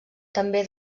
també